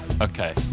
Okay